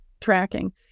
tracking